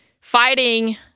fighting